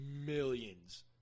millions